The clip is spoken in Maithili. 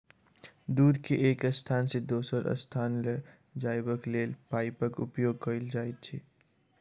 दूध के एक स्थान सॅ दोसर स्थान ल जयबाक लेल पाइपक उपयोग कयल जाइत छै